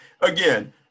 again